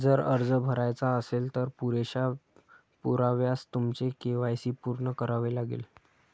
जर अर्ज भरायचा असेल, तर पुरेशा पुराव्यासह तुमचे के.वाय.सी पूर्ण करावे लागेल